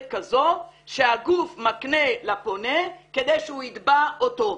כזו שהגוף מקנה לפונה כדי שהוא יתבע אותו.